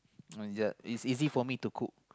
uh it's easy for me to cook